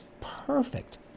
perfect